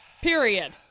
Period